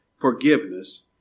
forgiveness